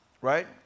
right